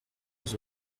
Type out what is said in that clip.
aux